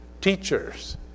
Teachers